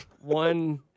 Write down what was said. One